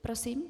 Prosím?